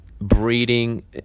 breeding